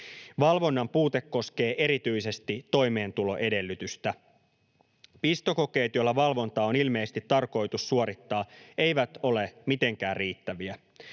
Valvonnan puute koskee erityisesti toimeentuloedellytystä. Pistokokeet, joilla valvontaa on ilmeisesti tarkoitus suorittaa, eivät ole mitenkään riittäviä.